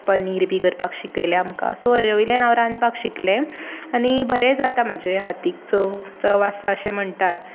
पनीर बी करपाक शिकयलें आमकां सो हेजे वयल्यान हांव रांदपाक शिकलें आनी बरेंय जाता म्हजें हातीक चव चव आसा अशें म्हणटात